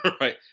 right